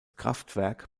kraftwerk